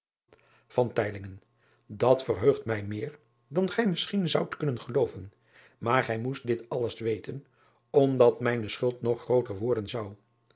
at verheugt mij meer dan gij misschien zoudt kunnen gelooven maar gij moest dit alles weten omdat mijne schuld nog grooter worden zou